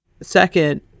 Second